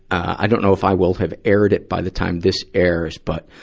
i don't know if i will have aired it by the time this airs, but,